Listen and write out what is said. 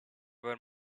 were